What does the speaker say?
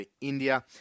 India